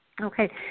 Okay